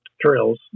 trails